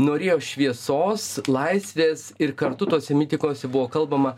norėjo šviesos laisvės ir kartu tuose mitinguose buvo kalbama